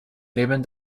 leben